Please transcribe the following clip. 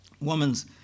woman's